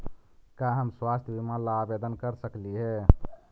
का हम स्वास्थ्य बीमा ला आवेदन कर सकली हे?